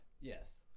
Yes